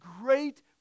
great